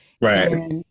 Right